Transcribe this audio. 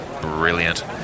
brilliant